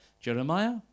Jeremiah